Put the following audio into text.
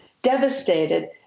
devastated